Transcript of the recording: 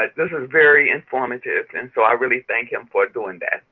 but this is very informative and so i really thank him for doing that,